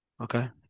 Okay